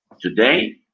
today